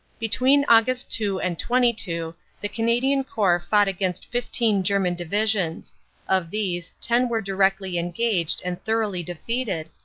between aug. two and twenty two the canadian corps fought against fifteen german divisions of these ten were directly engaged and thoroughly defeated,